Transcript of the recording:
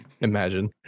Imagine